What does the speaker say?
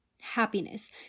happiness